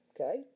okay